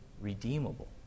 redeemable